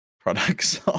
products